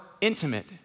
intimate